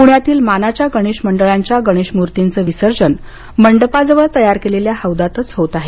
पुण्यातील मानाच्या गणेश मंडळाच्या गणेश मूर्तीचं विसर्जन मंडपाजवळ तय्यार केलेल्या हौदातच होत आहे